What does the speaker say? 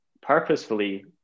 purposefully